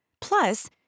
Plus